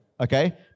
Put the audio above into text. okay